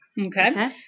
Okay